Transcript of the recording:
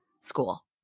school